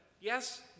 Yes